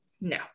No